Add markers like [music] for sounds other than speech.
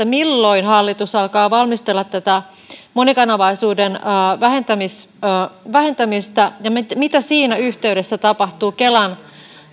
[unintelligible] milloin hallitus alkaa valmistella tätä monikanavaisuuden vähentämistä vähentämistä ja mitä siinä yhteydessä tapahtuu kelan